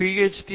ஹ்ச்டீ Ph